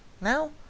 now